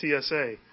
TSA